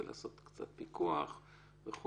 לעשות עליו פיקוח וכו'...